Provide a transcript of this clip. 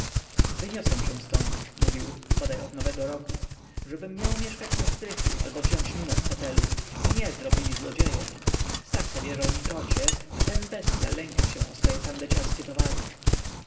wyniosę się ztąd mówił bodaj od nowego roku żebym miał mieszkać na strychu albo wziąć numer w hotelu mnie zrobili złodziejem stach powierzał mi krocie a ten bestya lęka się o swoje tandeciarskie towary